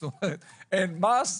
זאת אומרת, אין מס.